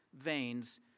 veins